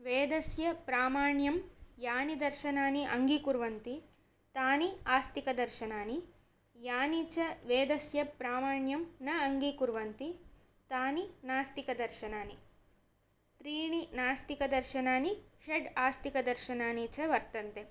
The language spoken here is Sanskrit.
वेदस्य प्रामाण्यं यानि दर्शनानि अङ्गीकुर्वन्ति तानि आस्तिकदर्शनानि यानि च वेदस्य प्रामाण्यं न अङ्गीकुर्वन्ति तानि नास्तिकदर्शनानि त्रीणि नास्तिकदर्शनानि षड् आस्तिकदर्शनानि च वर्तन्ते